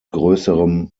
größerem